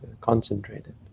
concentrated